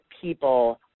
people